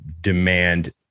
demand